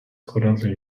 currently